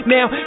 Now